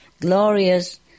glorious